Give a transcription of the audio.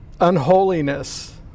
unholiness